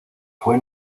fue